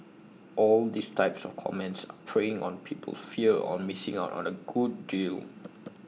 all these type of comments preying on people's fear on missing out on A good deal